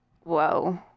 whoa